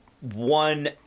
one